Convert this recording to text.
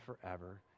forever